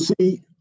see